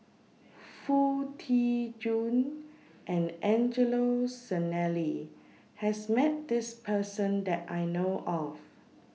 Foo Tee Jun and Angelo Sanelli has Met This Person that I know of